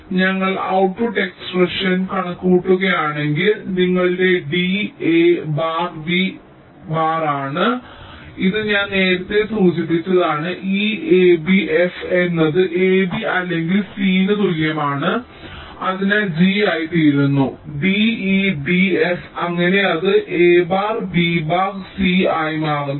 അതിനാൽ ഞങ്ങൾ output expression കണക്കുകൂട്ടുകയാണെങ്കിൽ നിങ്ങളുടെ d a bar b bar ആണ് ഇത് ഞാൻ നേരത്തേ സൂചിപ്പിച്ചതാണ് e ab f എന്നത് ab അല്ലെങ്കിൽ c ന് തുല്യമാണ് അതിനാൽ g ആയിത്തീരുന്നു d e d f അങ്ങനെ അത് a bar b bar c ആയി മാറുന്നു